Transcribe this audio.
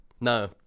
no